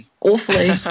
Awfully